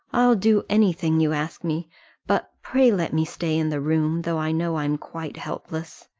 i'll do any thing you ask me but pray let me stay in the room, though i know i'm quite helpless.